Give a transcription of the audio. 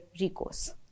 recourse